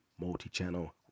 multi-channel